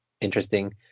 interesting